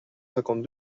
cinquante